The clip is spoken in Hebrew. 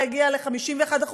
להגיע ל-51%,